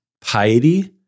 piety